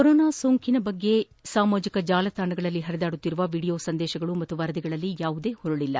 corona ಸೋಂಕಿನ ಬಗ್ಗೆ ಸಾಮಾಜಿಕ ಜಾಲತಾಣಗಳಲ್ಲಿ ಹರಿದಾಡುತ್ತಿರುವ ವೀಡಿಯೋ ಸಂದೇಶಗಳು ಮತ್ತು ವರದಿಗಳಲ್ಲಿ ಯಾವುದೇ ಪುರುಳಲ್ಲ